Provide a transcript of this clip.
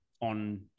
on